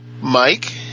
Mike